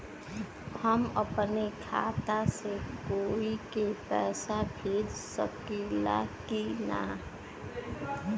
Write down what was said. हम अपने खाता से कोई के पैसा भेज सकी ला की ना?